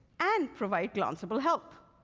and provide glanceable help.